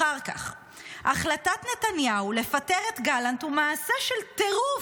אחר כך: "החלטת נתניהו לפטר את גלנט היא מעשה של טירוף,